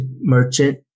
merchant